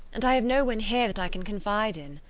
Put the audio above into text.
and i have no one here that i can confide in.